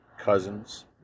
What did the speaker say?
cousins